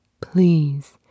Please